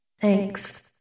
Thanks